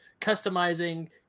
customizing